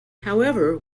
however